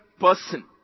person